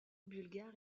bulgare